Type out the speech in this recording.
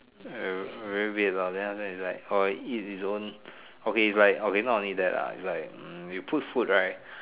very weird lah then after that it's like or it eat its own okay it's like okay not only that ah it's like you put food right